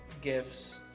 gifts